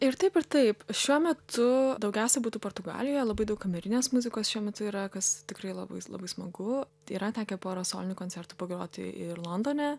ir taip ir taip šiuo metu daugiausiai butų portugalijoje labai daug kamerinės muzikos šiuo metu yra kas tikrai labai labai smagu yra tekę pora solinių koncertų pagroti ir londone